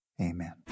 Amen